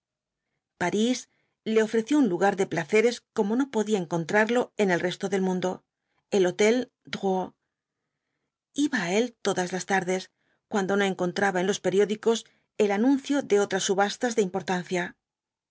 parís le ofreció un lugar de placeres como no podía encontrarlo en el resto del mundo el hotel drouot iba á él todas las tarde uando no encontraba en los periódicos el anuncio de los cuatko jinetes dhl apocalipsis otras subastas de importancia